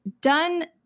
done